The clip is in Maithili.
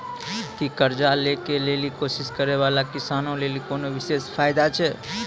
कि कर्जा लै के लेली कोशिश करै बाला किसानो लेली कोनो विशेष फायदा छै?